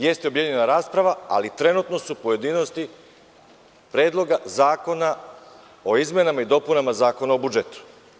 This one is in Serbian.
Jeste objedinjena rasprava, ali trenutno su pojedinosti Predloga zakona o izmenama i dopunama Zakona o budžetu.